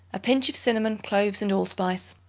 a pinch of cinnamon, cloves and allspice.